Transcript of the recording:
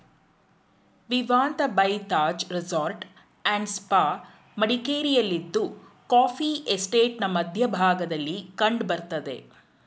Vivanta by Taj resort and spa ಮಡಿಕೇರಿಯಲ್ಲಿದ್ದು coffee ಎಸ್ಟೇಟ್ನ ಮಧ್ಯ ಭಾಗದಲ್ಲಿ ಕಂಡ್ ಬರ್ತದೆ